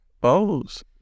bows